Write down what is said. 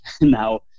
now